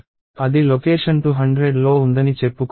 అది లొకేషన్ 200లో ఉందని చెప్పుకుందాం